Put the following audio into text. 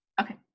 Okay